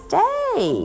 day